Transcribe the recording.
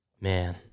man